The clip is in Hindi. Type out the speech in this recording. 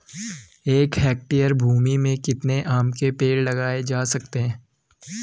एक हेक्टेयर भूमि में कितने आम के पेड़ लगाए जा सकते हैं?